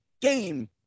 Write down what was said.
game